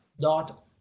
dot